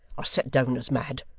are set down as mad.